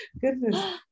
goodness